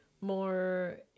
more